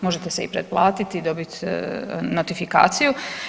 Možete se i pretplatiti i dobit notifikaciju.